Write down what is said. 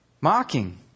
mocking